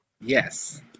Yes